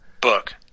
book